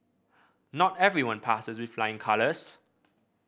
not everyone passes with flying colours